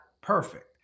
perfect